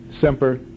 Semper